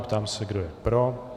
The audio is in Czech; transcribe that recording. Ptám se, kdo je pro.